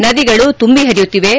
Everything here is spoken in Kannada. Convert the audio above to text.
ನದಿಗಳು ತುಂಬಿ ಹರಿಯುತ್ತಿವೆ